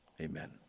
amen